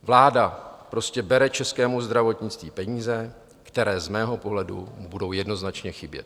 Vláda prostě bere českému zdravotnictví peníze, které z mého pohledu mu budou jednoznačně chybět.